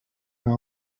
her